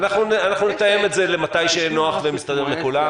אנחנו נתאם את זה למתי שנוח ומסתדר לכולם,